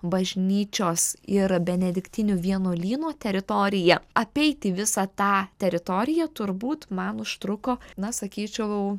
bažnyčios ir benediktinių vienuolyno teritoriją apeiti visą tą teritoriją turbūt man užtruko na sakyčiau